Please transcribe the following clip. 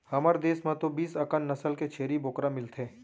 हमर देस म तो बीस अकन नसल के छेरी बोकरा मिलथे